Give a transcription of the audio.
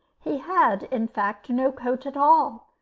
he had, in fact, no coat at all,